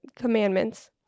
Commandments